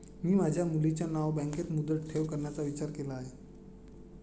मी माझ्या मुलीच्या नावे बँकेत मुदत ठेव करण्याचा विचार केला आहे